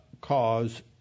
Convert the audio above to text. cause